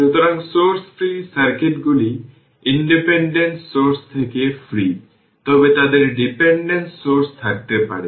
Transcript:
সুতরাং source free সার্কিটগুলি independent source থেকে ফ্রি তবে তাদের ডিপেন্ডেন্ট সোর্স থাকতে পারে